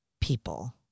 people